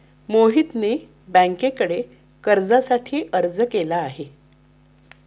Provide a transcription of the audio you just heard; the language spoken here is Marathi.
मोहितने बँकेकडे कर्जासाठी अर्ज केला आहे